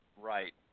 Right